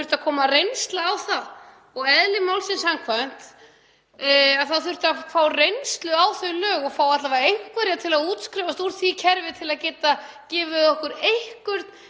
þurfti að koma reynsla á það, eðli málsins samkvæmt þurfti að fá reynslu á þau lög og fá alla vega einhverja til að útskrifast úr því kerfi til að geta gefið okkur einhver